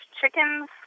chickens